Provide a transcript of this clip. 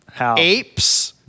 apes